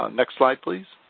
ah next slide, please.